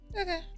Okay